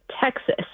Texas